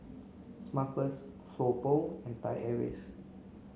Smuckers So Pho and Thai Airways